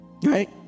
Right